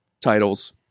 titles